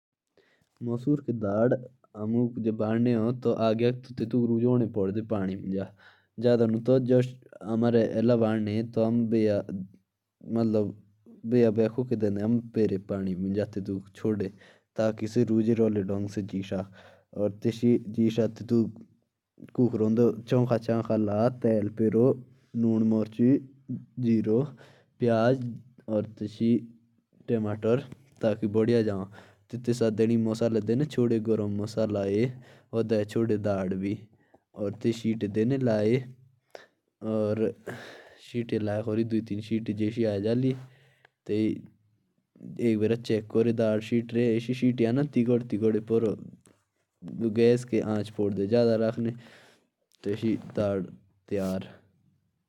मसूर की दाल को बनाना आसान है। बस उसमें नमक की मात्रा सही रखो। और पानी भी कम डालो।